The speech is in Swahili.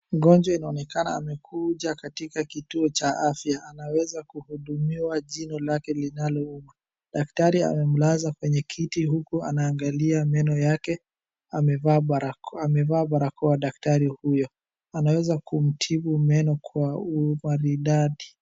Mgonjwa inaonekana amekuja katika kituo cha afya anaweza kuhudumiwa jino lake linalouma. Daktari amemlaza kwenye kiti huku anaangalia meno yake. Amevaa barakoa daktari huyo. Anaweza kumtibu meno kwa umaridadi.